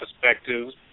Perspectives